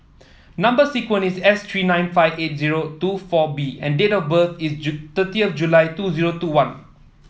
number sequence is S three nine five eight zero two four B and date of birth is thirtieth July two zero two one